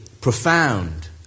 profound